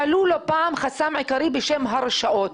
העלו לא פעם חסם עיקרי בשם "הרשאות".